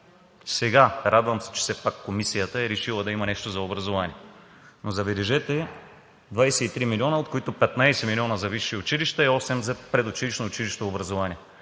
Радвам се, че сега все пак Комисията е решила да има нещо за образование. Но, забележете, 23 милиона са, от които 15 милиона са за висшите училища и осем са за предучилищното и училищно образование.